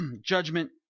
judgment